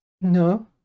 No